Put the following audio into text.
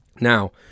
Now